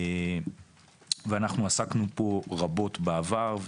ואנחנו עסקנו פה רבות בעבר,